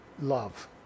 love